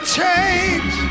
change